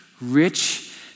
rich